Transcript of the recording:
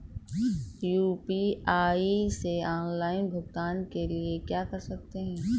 UPI से offline भुगतान के लिए क्या कर सकते हैं?